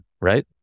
right